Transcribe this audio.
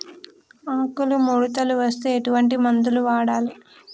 ఆకులు ముడతలు వస్తే ఎటువంటి మందులు వాడాలి?